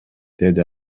деди